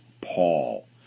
Paul